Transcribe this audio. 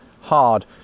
hard